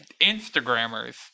Instagrammers